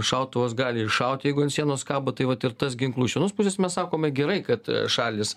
šautuvas gali iššaut jeigu ant sienos kabo tai vat ir tas ginklų iš vienos pusės mes sakome gerai kad šalys